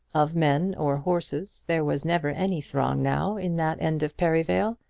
of men or horses there was never any throng now in that end of perivale.